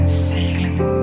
sailing